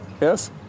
Yes